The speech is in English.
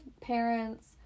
parents